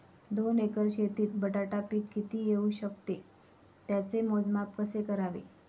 दोन एकर शेतीत बटाटा पीक किती येवू शकते? त्याचे मोजमाप कसे करावे?